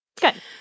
Good